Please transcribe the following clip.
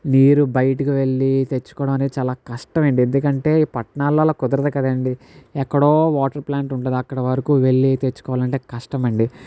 నీరు బయటికీ వెళ్ళి తెచ్చుకోవడం అనేది చాలా కష్టమండి ఎందుకంటే పట్నాలల్లో అలా కుదరదు కదండి ఎక్కడో వాటర్ ప్లాంట్ ఉంటుంది అక్కడ వరకు వెళ్ళి తెచ్చుకోవాలంటే కష్టమండి